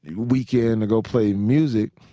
weekend to go play music,